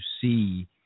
see